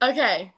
Okay